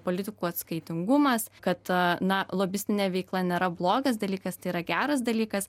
politikų atskaitingumas kad na lobistinė veikla nėra blogas dalykas tai yra geras dalykas